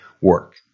work